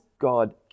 God